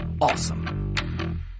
awesome